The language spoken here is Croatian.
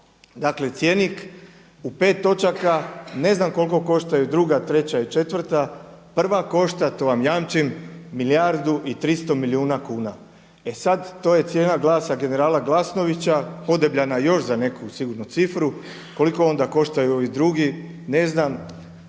Dakle cjenik u pet točaka, ne znam koliko koštaju druga, treća i četvrta. Prva košta, to vam jamčim, milijardu i 300 milijuna kuna. E sada to je cijena glasa generala Glasnovića podebljana još za neku sigurno cifru, koliko onda koštaju ovi drugi, ne znam.